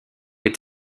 est